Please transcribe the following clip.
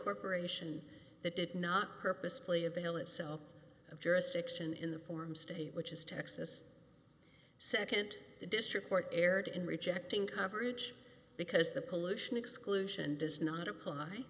corporation that did not purposefully avail itself of jurisdiction in the form state which is texas nd district court erred in rejecting coverage because the pollution exclusion does not apply